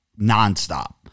nonstop